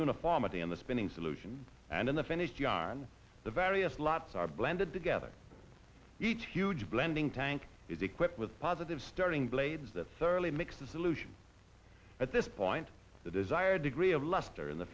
uniformity in the spinning solution and in the finished yarn the various lots are blended together each huge blending tank is equipped with positive starting blades that surly mix the solution at this point the desired degree of luster in the